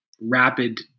rapid